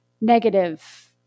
Negative